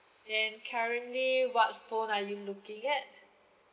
and currently what phone are you looking at